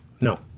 No